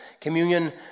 communion